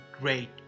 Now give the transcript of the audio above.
great